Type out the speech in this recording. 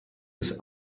bis